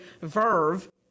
verve